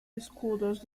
escudos